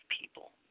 people